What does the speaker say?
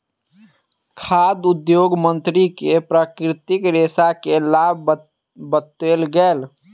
खाद्य उद्योग मंत्री के प्राकृतिक रेशा के लाभ बतौल गेल